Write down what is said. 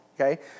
okay